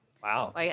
Wow